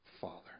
Father